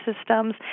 systems